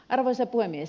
arvoisa puhemies